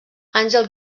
àngel